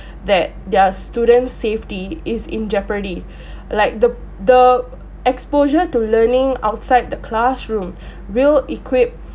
that their students' safety is in jeopardy like the the exposure to learning outside the classroom will equip